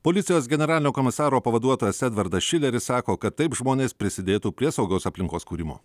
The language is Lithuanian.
policijos generalinio komisaro pavaduotojas edvardas šileris sako kad taip žmonės prisidėtų prie saugaus aplinkos kūrimo